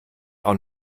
auch